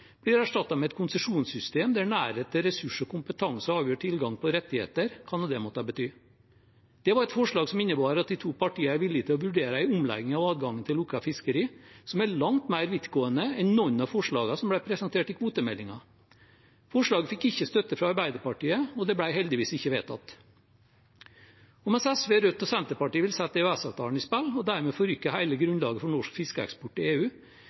blir erstattet av et konsesjonssystem der nærhet til ressurs og kompetanse avgjør tilgang på rettigheter – hva nå det måtte bety. Det var et forslag som innebar at de to partiene er villige til å vurdere en omlegging av adgangen til lukket fiskeri som er langt mer vidtgående enn noen av forslagene som ble presentert i kvotemeldingen. Forslaget fikk ikke støtte fra Arbeiderpartiet, og det ble heldigvis ikke vedtatt. Og mens SV, Rødt og Senterpartiet vil sette EØS-avtalen på spill og dermed forrykke hele grunnlaget for norsk fiskeeksport til EU,